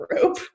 group